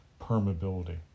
permeability